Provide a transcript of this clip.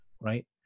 right